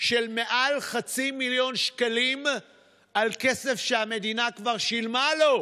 של מעל חצי מיליון שקלים על כסף שהמדינה כבר שילמה לו.